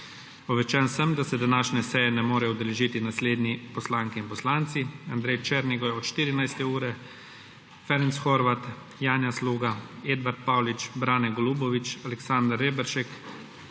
Obveščen sem, da se današnje seje ne morejo udeležiti naslednji poslanke in poslanci: Andrej Černigoj od 14. ure, Ferenc Horváth, Janja Sluga, Edvard Paulič, Brane Golubović, Aleksander Reberšek,